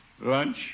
Lunch